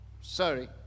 Sorry